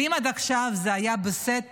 ואם עד עכשיו זה היה בסתר,